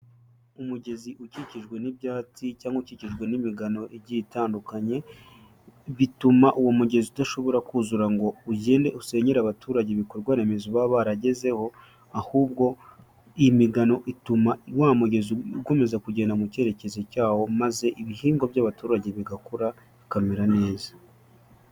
Umugezi ukikijwe n'ibyatsi cyangwa ukikijwe n'imigano igiye itandukanye, bituma uwo mugezi udashobora kuzura ngo ugende usenyere abaturage ibikorwa remezo baba baragezeho, ahubwo iyi migano ituma wa mugezi ukomeza kugenda mu cyerekezo cyawo, maze ibihingwa by'abaturage bigakura bikamera neza.